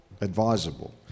advisable